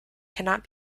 cannot